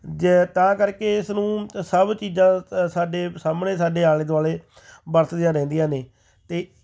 ਜ ਤਾਂ ਕਰਕੇ ਇਸ ਨੂੰ ਸਭ ਚੀਜ਼ਾਂ ਸਾਡੇ ਸਾਹਮਣੇ ਸਾਡੇ ਆਲੇ ਦੁਆਲੇ ਵਰਤਦੀਆਂ ਰਹਿੰਦੀਆਂ ਨੇ ਅਤੇ